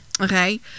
okay